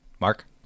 Mark